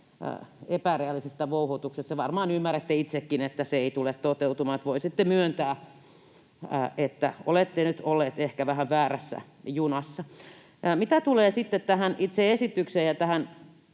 epärealistisessa vouhotuksessa. Varmaan ymmärrätte itsekin, että se ei tule toteutumaan, eli voisitte myöntää, että olette nyt olleet ehkä vähän väärässä junassa. Mitä tulee sitten tähän itse esitykseen ja